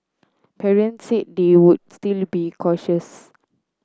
parents said they would still be cautious